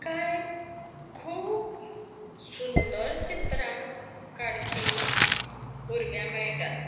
कांय खूब सुंदर चित्रां काडपी भुरग्यां मेळटात